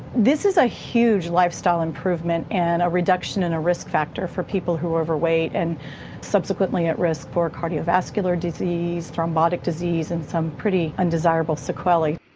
this is a huge lifestyle improvement and a reduction in a risk factor for people who are overweight and subsequently at risk for cardiovascular disease, thrombotic disease and some pretty undesirable sequelae.